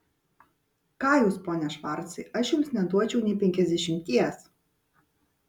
ką jūs pone švarcai aš jums neduočiau nė penkiasdešimties